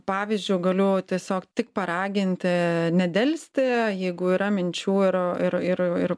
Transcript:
pavyzdžio galiu tiesiog tik paraginti nedelsti jeigu yra minčių ir ir ir ir